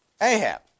Ahab